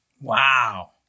Wow